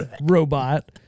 robot